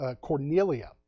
Cornelia